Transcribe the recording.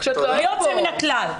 בלי יוצא מן הכלל.